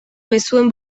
mezuen